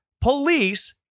Police